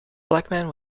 blackman